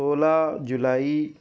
سولہ جولائی